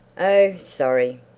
oh, sorry!